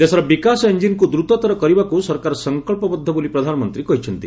ଦେଶର ବିକାଶ ଇଞ୍ଜିନ୍କୁ ଦ୍ରୁତତର କରିବାକୁ ସରକାର ସଂକଳ୍ପବଦ୍ଧ ବୋଲି ପ୍ରଧାନମନ୍ତ୍ରୀ କହିଛନ୍ତି